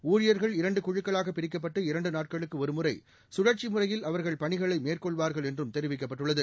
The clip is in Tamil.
ஊழியர்கள் இரண்டு குழுக்களாக பிரிக்கப்பட்டு இரண்டு நாட்களுக்கு ஒருமுறை சுழற்சி முறையில் அவர்கள் பணிகளை மேற்கொள்வார்கள் என்றும் தெரிவிக்கப்பட்டுள்ளது